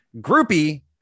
Groupie